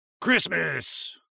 Christmas